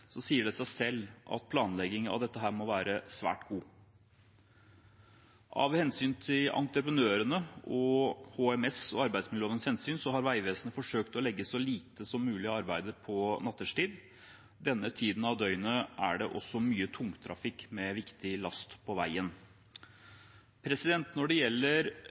sier det seg selv at planleggingen av dette må være svært god. Av hensyn til entreprenørene, HMS og arbeidsmiljøloven har Vegvesenet forsøkt å legge så lite som mulig av arbeidet på nattetid. Denne tiden av døgnet er det også mye tungtrafikk med viktig last på veien. Når det gjelder